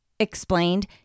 explained